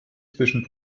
zwischen